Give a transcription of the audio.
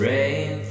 Rain